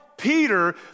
peter